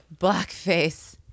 blackface